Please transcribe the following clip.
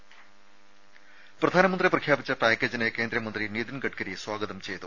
ദരദ പ്രധാനമന്ത്രി പ്രഖ്യാപിച്ച പാക്കേജിനെ കേന്ദ്രമന്ത്രി നിതിൻ ഗഡ്ഗരി സ്വാഗതം ചെയ്തു